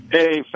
Hey